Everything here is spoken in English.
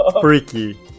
freaky